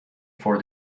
for